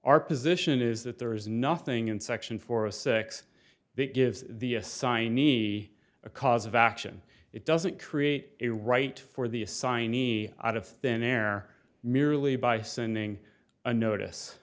our position is that there is nothing in section four of six big gives the assignee a cause of action it doesn't create a right for the assignee out of thin air merely by sending a notice